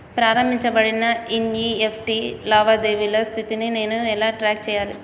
ప్రారంభించబడిన ఎన్.ఇ.ఎఫ్.టి లావాదేవీల స్థితిని నేను ఎలా ట్రాక్ చేయాలి?